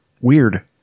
weird